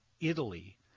Italy